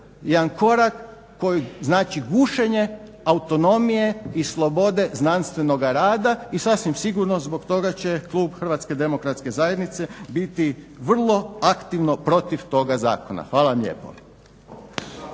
jedan korak koji znači gušenje autonomije i slobode znanstvenoga rada i sasvim sigurno zbog toga će klub Hrvatske demokratske zajednice biti vrlo aktivno protiv toga zakona. Hvala vam lijepo.